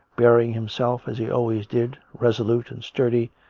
bear ing himself as he always did, resolute and sturdy,